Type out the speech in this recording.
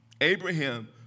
Abraham